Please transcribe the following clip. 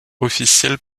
officielle